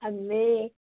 ଆମେ